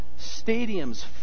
Stadiums